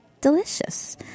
delicious